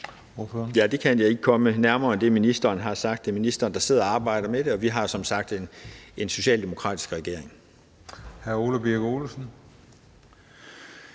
(S): Det kan jeg ikke komme nærmere end det, ministeren har sagt. Det er ministeren, der sidder og arbejder med det, og vi har som sagt en socialdemokratisk regering.